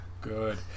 good